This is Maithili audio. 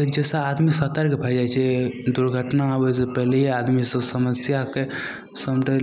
तऽ जाहिसे आदमी सतर्क भै जाइ छै दुर्घटना आबैसे पहिलैए आदमी सब समस्याके समटै